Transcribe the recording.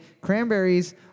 Cranberries